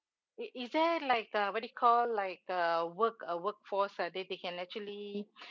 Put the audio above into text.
is is there like uh what they call like uh work uh workforce that they can actually